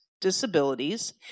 disabilities